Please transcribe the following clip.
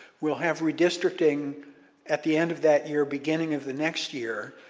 we'll have redistricting at the end of that year, beginning of the next year.